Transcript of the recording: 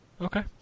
Okay